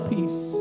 Peace